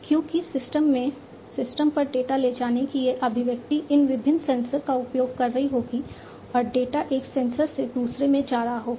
क्योंकि सिस्टम से सिस्टम पर डेटा ले जाने की यह अभिव्यक्ति इन विभिन्न सेंसर का उपयोग कर रही होगी और डेटा एक सेंसर से दूसरे में जा रहा होगा